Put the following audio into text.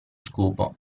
scopo